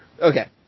Okay